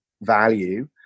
value